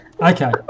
Okay